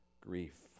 grief